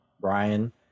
brian